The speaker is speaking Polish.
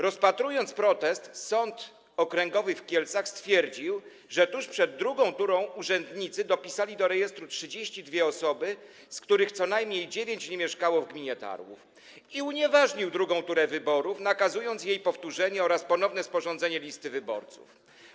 Rozpatrując protest, Sąd Okręgowy w Kielcach stwierdził, że tuż przed drugą turą urzędnicy dopisali do rejestru 32 osoby, z których co najmniej dziewięć nie mieszkało w gminie Tarłów, i unieważnił drugą turę wyborów, nakazując jej powtórzenie oraz ponowne sporządzenie listy wyborców.